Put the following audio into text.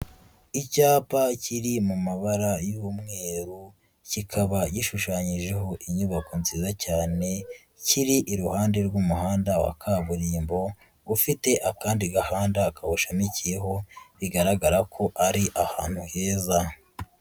Icyapa kiri mu mabara y'umweru, kikaba gishushanyijeho inyubako nziza cyane, kiri iruhande rw'umuhanda wa kaburimbo, ufite akandi gahanda kawushamikiyeho, bigaragara ko ari ahantu heza.